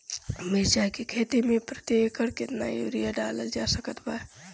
मिरचाई के खेती मे प्रति एकड़ केतना यूरिया डालल जा सकत बा?